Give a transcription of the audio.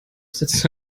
setzte